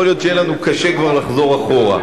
יכול להיות שיהיה לנו קשה כבר לחזור אחורה.